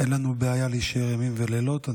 אין לנו בעיה להישאר ימים ולילות,